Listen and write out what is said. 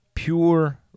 Pure